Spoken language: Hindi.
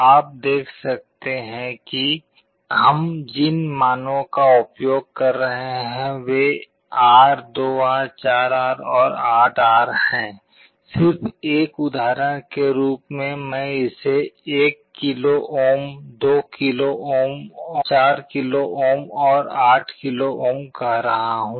आप देख रहे हैं कि हम जिन मानों का उपयोग कर रहे हैं वे R 2R 4R और 8R हैं सिर्फ एक उदाहरण के रूप में मैं इसे 1 kilo ohm 2 kilo ohm 4 kilo ohm और 8 किलो ओम कह रहा हूं